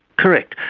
correct,